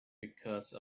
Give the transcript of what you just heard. because